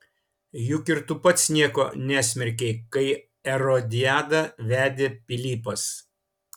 juk ir tu pats nieko nesmerkei kai erodiadą vedė pilypas